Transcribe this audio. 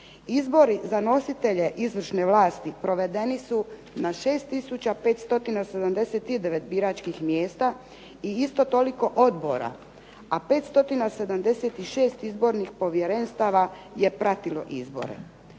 Izbori za nositelje izvršne vlasti provedeni su 6 tisuća 579 biračkih mjesta i isto toliko odbora, a 576 izbornih povjerenstava je pratilo izbore.